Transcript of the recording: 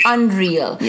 Unreal